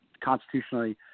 constitutionally